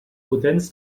potents